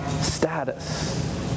status